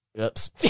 Oops